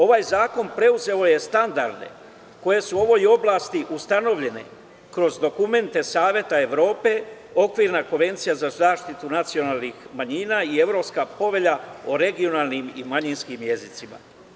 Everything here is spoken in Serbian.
Ovaj zakon preuzeo je standarde koje su u ovoj oblasti ustanovljene kroz dokumente Saveta Evrope, Okvirna konvencija za zaštitu nacionalnih manjina i Evropska povelja o regionalnim i manjinskim jezicima.